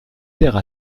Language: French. terre